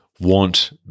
want